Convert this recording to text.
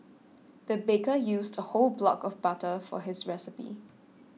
the baker used the whole block of butter for this recipe